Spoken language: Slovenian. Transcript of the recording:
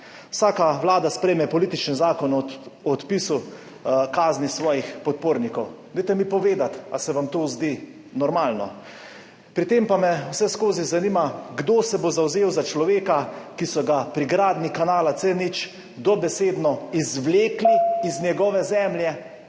Vsaka vlada sprejme politični zakon o odpisu kazni svojih podpornikov. Dajte mi povedati, ali se vam to zdi normalno. Pri tem pa me vseskozi zanima, kdo se bo zavzel za človeka, ki so ga pri gradnji kanala C0 dobesedno izvlekli z njegove zemlje.